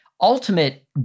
ultimate